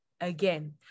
again